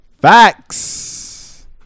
Facts